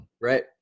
Right